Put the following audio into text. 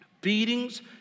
beatings